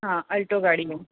हां अल्टो गाडी हो